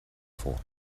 for